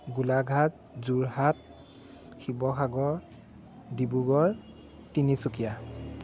Golaghat Jorhat Sivasagar Dibrugarh Tinsukia